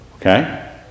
Okay